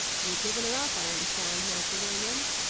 ye have given her up, i understand, master william?